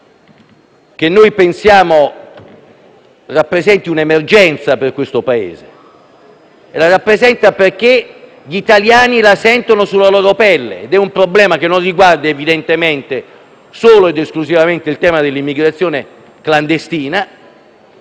che noi pensiamo rappresenti un'emergenza per questo Paese e la rappresenta perché gli italiani la sentono sulla loro pelle. È un problema che non riguarda, evidentemente, solo ed esclusivamente il tema dell'immigrazione clandestina,